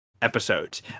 episodes